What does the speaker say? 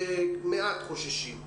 זאת אומרת,